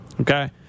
Okay